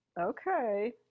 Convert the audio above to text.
okay